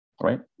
Right